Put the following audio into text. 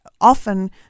often